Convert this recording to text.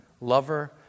lover